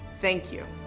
thank you.